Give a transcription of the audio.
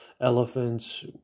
elephants